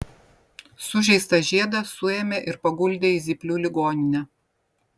sužeistą žiedą suėmė ir paguldė į zyplių ligoninę